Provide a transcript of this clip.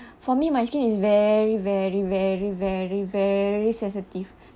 for me my skin is very very very very very sensitive